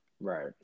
Right